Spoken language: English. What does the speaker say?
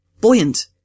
Buoyant